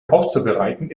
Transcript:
aufzubereiten